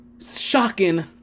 shocking